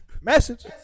message